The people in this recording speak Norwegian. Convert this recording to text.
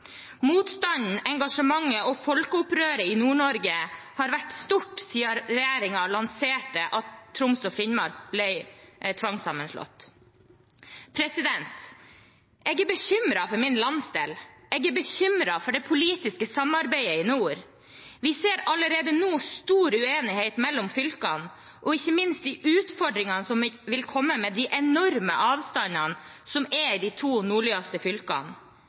Motstanden, engasjementet og folkeopprøret i Nord-Norge har vært stort siden regjeringen lanserte at Troms og Finnmark blir tvangssammenslått. Jeg er bekymret for min landsdel, jeg er bekymret for det politiske samarbeidet i nord. Vi ser allerede nå stor uenighet mellom fylkene og ikke minst de utfordringene som vil komme med de enorme avstandene som er i de to nordligste fylkene,